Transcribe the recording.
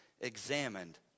examined